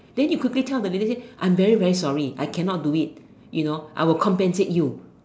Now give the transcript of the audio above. then you quickly tell the lady say I'm very very sorry I cannot do it you know I will compensate you